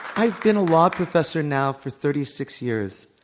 i've been a law professor now for thirty six years.